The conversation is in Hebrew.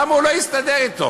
למה הוא לא הסתדר אתו?